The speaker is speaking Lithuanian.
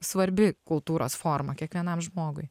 svarbi kultūros forma kiekvienam žmogui